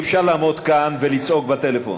אי-אפשר לעמוד כאן ולצעוק בטלפון.